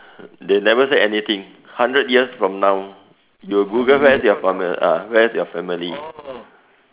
they never say anything hundred years from now you'll Google where's your fam~ uh where's your family